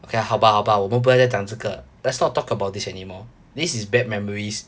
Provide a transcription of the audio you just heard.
okay 好吧好吧我们不要再讲这个 let's not talk about this anymore this is bad memories